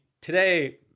today